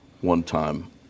one-time